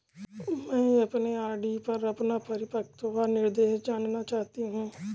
मैं अपने आर.डी पर अपना परिपक्वता निर्देश जानना चाहती हूँ